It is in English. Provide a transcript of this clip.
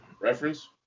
reference